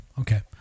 okay